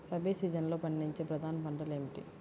రబీ సీజన్లో పండించే ప్రధాన పంటలు ఏమిటీ?